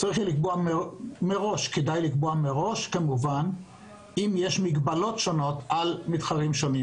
כדאי לקבוע מראש אם יש מגבלות על המתחרים השונים.